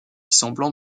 semblant